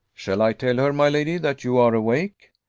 shall i tell her, my lady, that you are awake?